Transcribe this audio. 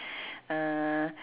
uh